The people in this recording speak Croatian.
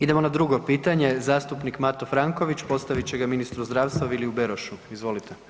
Idemo na drugo pitanje, zastupnik Mato Franković, postavit će ga ministru zdravstva, Viliju Berošu, izvolite.